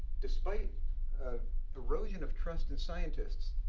despite erosion of trust in scientists,